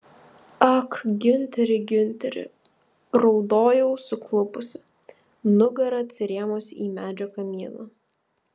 ak giunteri giunteri raudojau suklupusi nugara atsirėmusi į medžio kamieną